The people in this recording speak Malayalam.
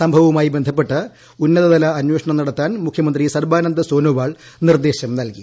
സംഭവവുമായി ബന്ധപ്പെട്ട് ഉന്നതതല അന്വേഷണം നടത്താൻ മുഖ്യമന്ത്രി സർബാനന്ദ സോനോവാൾ നിർദ്ദേശം നൽകി